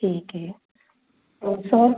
ठीक है तो सर